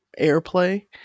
airplay